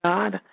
God